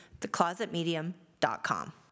theclosetmedium.com